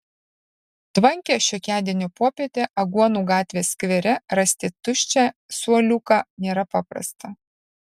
tvankią šiokiadienio popietę aguonų gatvės skvere rasti tuščią suoliuką nėra paprasta